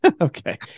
Okay